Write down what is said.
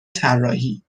طراحی